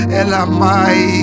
elamai